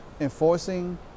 enforcing